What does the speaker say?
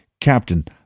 Captain